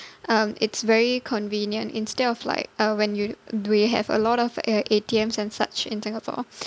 um it's very convenient instead of like uh when you we have a lot of uh A_T_Ms and such in Singapore